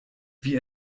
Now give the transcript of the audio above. wie